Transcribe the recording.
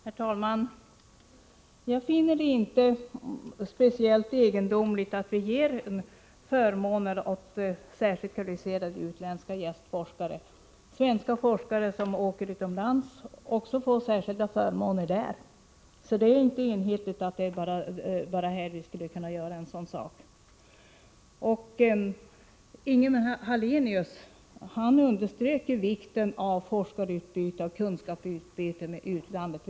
Herr talman! Jag finner det inte speciellt egendomligt att vi ger förmåner åt särskilt kvalificerade gästforskare. Svenska forskare som åker utomlands får också särskilda förmåner i landet i fråga. Det är således inte riktigt att påstå att det bara är här som man skulle kunna göra något sådant som att ge vissa grupper speciella skatteförmåner. Ingemar Hallenius underströk vikten av ett forskarutbyte och kunskapsutbyte med utlandet.